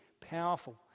powerful